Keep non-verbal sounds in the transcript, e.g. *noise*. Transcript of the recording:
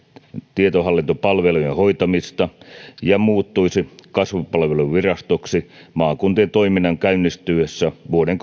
tietohallintopalvelujen hoitamista ja muuttuisi kasvupalveluvirastoksi maakuntien toiminnan käynnistyessä vuoden *unintelligible*